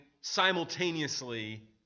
simultaneously